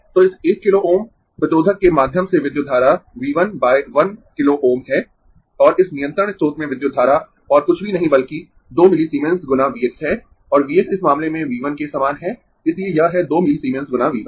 तो इस 1 kilo Ω s प्रतिरोधक के माध्यम से विद्युत धारा V 1 1 किलो Ω है और इस नियंत्रण स्रोत में विद्युत धारा और कुछ भी नहीं बल्कि 2 मिलीसीमेंस गुना V x है और V x इस मामले में V 1 के समान है इसलिए यह है 2 मिलीसीमेंस गुना V 1